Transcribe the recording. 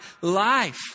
life